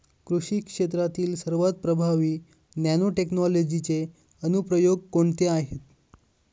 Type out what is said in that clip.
कृषी क्षेत्रातील सर्वात प्रभावी नॅनोटेक्नॉलॉजीचे अनुप्रयोग कोणते आहेत?